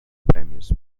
premis